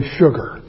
sugar